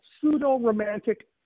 pseudo-romantic